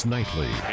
Nightly